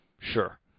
sure